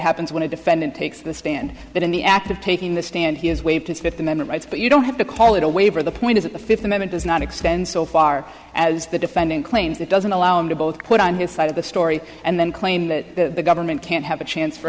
happens when a defendant takes the stand but in the act of taking the stand he has waived his fifth amendment rights but you don't have to call it a waiver the point is that the fifth amendment does not extend so far as the defendant claims it doesn't allow him to both put on his side of the story and then claim that the government can't have a chance for